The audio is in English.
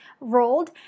rolled